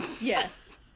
Yes